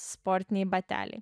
sportiniai bateliai